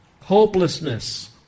Hopelessness